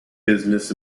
business